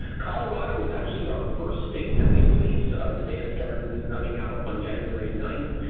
colorado was actually our first date that we released. the data started coming out on january ninth.